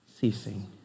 ceasing